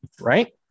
right